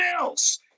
else